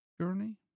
journey